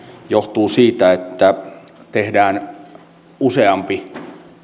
johtuu siitä että tehdään useampi